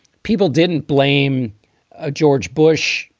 people didn't blame ah george bush.